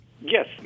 Yes